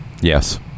Yes